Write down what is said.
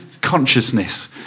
consciousness